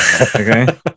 okay